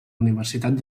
universitat